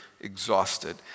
exhausted